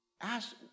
ask